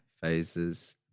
phases